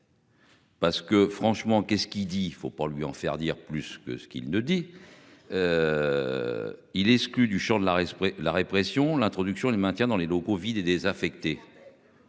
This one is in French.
Parce que franchement qu'est ce qu'il dit faut pas lui en faire dire plus que ce qu'il ne dit.-il exclu du Champ de l'arrêt, la répression, l'introduction du maintien dans les locaux vides et désaffectés.